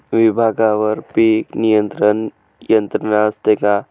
विभागवार पीक नियंत्रण यंत्रणा असते का?